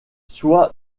soient